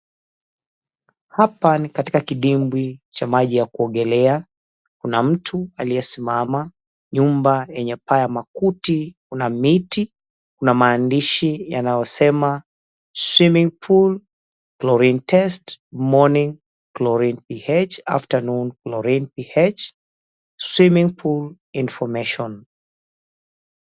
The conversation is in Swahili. Hapa ni katika kidimbwi cha maji ya kuogelea. Kuna mtu aliyesimama, nyumba yenye paa ya makuti, kuna miti. Kuna maandishi yanayosema, "Swimming Pool Chlorine Test, Morning Chlorine pH, Afternoon Chlorine pH, Swimming Pool Information".